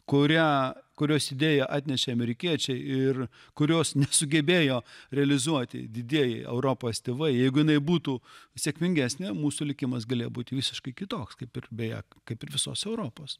kurią kurios idėją atnešė amerikiečiai ir kurios nesugebėjo realizuoti didieji europos tėvai jeigu jinai būtų sėkmingesnė mūsų likimas galėjo būti visiškai kitoks kaip ir beje kaip ir visos europos